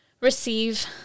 receive